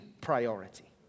priority